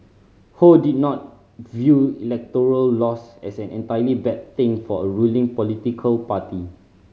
ho did not view electoral loss as an entirely bad thing for a ruling political party